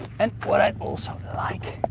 and what i also like.